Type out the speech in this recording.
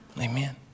Amen